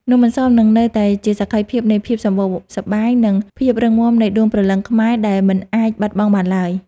នំអន្សមនឹងនៅតែជាសក្ខីភាពនៃភាពសម្បូរសប្បាយ និង ភាពរឹងមាំនៃដួងព្រលឹងខ្មែរដែលមិនអាចបាត់បង់បានឡើយ។